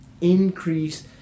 increase